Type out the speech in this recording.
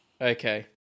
Okay